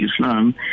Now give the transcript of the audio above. Islam